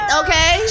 okay